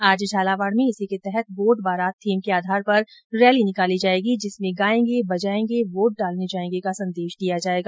आज झालावाड में इसी के तहत वोट बारात थीम के आधार पर रैली निकाली जायेगी जिसमें गायेंगे बजायेंगे वोट डालने जायेंगे का संदेश दिया जायेगा